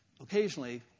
occasionally